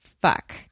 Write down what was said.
fuck